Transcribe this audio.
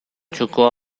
txoko